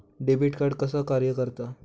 Debit card कसा कार्य करता?